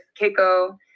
Keiko